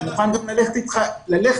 אני מוכן ללכת אתך פיסית.